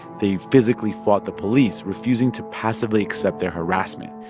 they physically fought the police, refusing to passively accept their harassment.